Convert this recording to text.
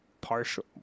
partial